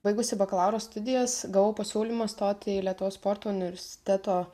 baigusi bakalauro studijas gavau pasiūlymą stoti į lietuvos sporto universiteto